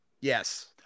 yes